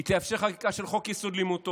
היא תאפשר חקיקה של חוק-יסוד: לימוד תורה,